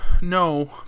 No